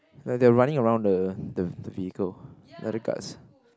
and they are running around the the vehicle the carts